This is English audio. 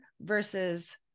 versus